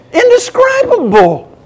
indescribable